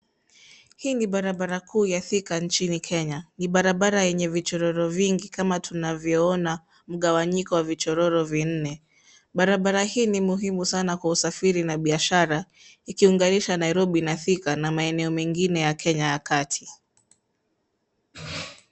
Hii ni barabara kuu ya Thika nchini Kenya. Ni barabara yenye vichororo vingi kama tunavyoona mgawanyiko wa vichororo vinne. Barabara hii ni muhimu sana kwa usafiri na biashara, ikiunganisha Nairobi na Thika na maeneo mengine ya Kenya ya kati.